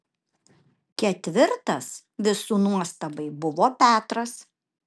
ketvirtas visų nuostabai buvo petras